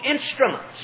instruments